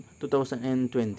2020